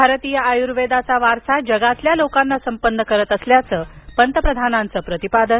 भारतीय आयुर्वेदाचा वारसा जगातील लोकांना संपन्न करत असल्याचं पंतप्रधानांचं प्रतिपादन